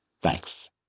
Thanks